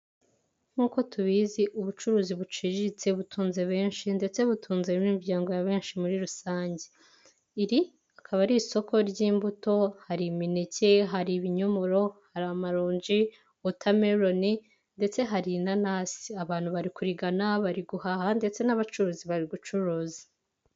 Nk'uko tubizi ubucuruzi buciriritse butunze benshi ndetse butunze n'imiryango ya benshi muri rusange iri akaba ari isoko ry'imbuto hari imineke hari ibinyomoro hari amaronji ,wotameroni ndetse hari inanasi, abantu bari kurigana bari guhaha ndetse n'abacuruzi bari gucuruza.